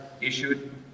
issued